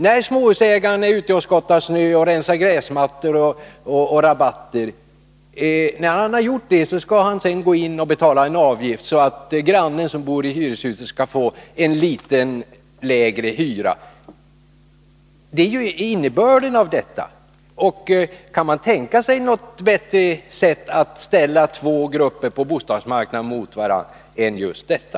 När småhusägaren har varit ute och skottat snö, klippt gräsmattan och rensat rabatter, skall han sedan gå in och betala en avgift för att grannen som bor i hyreshuset skall få en något lägre hyra. Det är ju innebörden av detta. Kan man tänka sig något bättre sätt att ställa två grupper på bostadsmarknaden mot varandra?